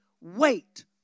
Wait